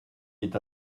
est